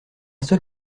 seul